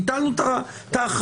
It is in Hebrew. ביטלנו את ההכרזה.